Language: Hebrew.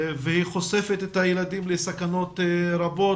והיא חושפת את הילדים לסכנות רבות,